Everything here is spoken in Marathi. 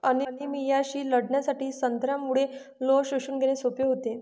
अनिमियाशी लढण्यासाठी संत्र्यामुळे लोह शोषून घेणे सोपे होते